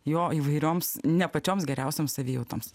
jo įvairioms ne pačioms geriausioms savijautos